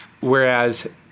whereas